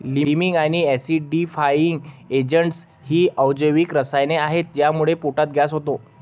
liming आणि acidifying agents ही अजैविक रसायने आहेत ज्यामुळे पोटात गॅस होतो